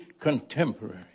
contemporary